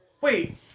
Wait